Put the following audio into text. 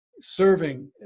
serving